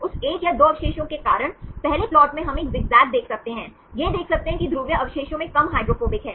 उस एक या 2 अवशेषों के कारण पहले प्लॉट में हम एक ज़िगज़ैग देख सकते हैं यह देख सकते हैं कि ध्रुवीय अवशेषों में कम हाइड्रोफोबिक है